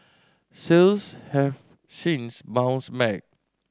sales have since bounced back